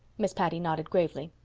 miss patty nodded gravely.